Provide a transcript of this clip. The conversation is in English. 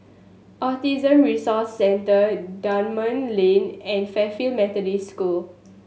Autism Resource Centre Dunman Lane and Fairfield Methodist School